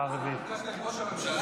לא נפגשת עם ראש הממשלה?